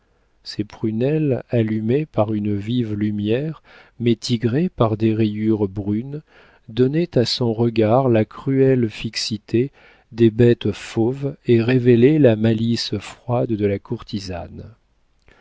ses prunelles allumées par une vive lumière mais tigrées par des rayures brunes donnaient à son regard la cruelle fixité des bêtes fauves et révélaient la malice froide de la courtisane